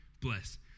Bless